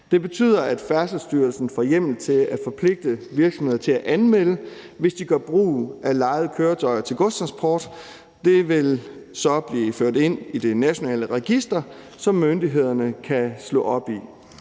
Det betyder, at Færdselsstyrelsen får hjemmel til at forpligte virksomheder til at anmelde det, hvis de gør brug af lejede køretøjer til godstransport. Det vil så blive ført ind i det nationale register, som myndighederne kan slå op i.